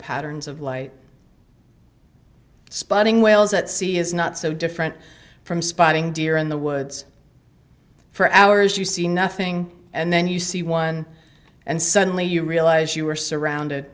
patterns of light spotting whales at sea is not so different from spotting deer in the woods for hours you see nothing and then you see one and suddenly you realize you are surrounded